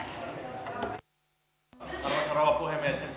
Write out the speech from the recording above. arvoisa rouva puhemies